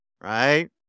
right